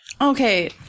Okay